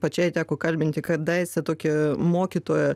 pačiai teko kalbinti kadaise tokią mokytoją